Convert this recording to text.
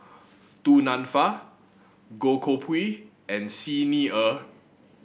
Du Nanfa Goh Koh Pui and Xi Ni Er